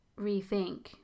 rethink